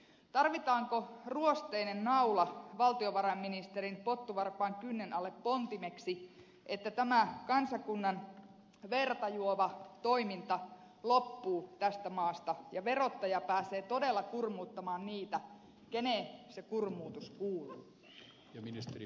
tarvitaanko ruosteinen naula valtiovarainministerin pottuvarpaan kynnen alle pontimeksi että tämä kansakunnan verta juova toiminta loppuu tästä maasta ja verottaja pääsee todella kurmuuttamaan niitä joille se kurmuutus kuuluu